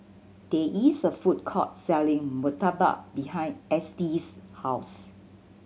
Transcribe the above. there is a food court selling murtabak behind Estie's house